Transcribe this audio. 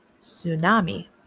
Tsunami